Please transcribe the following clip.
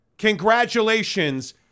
congratulations